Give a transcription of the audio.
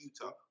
Utah